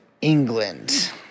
England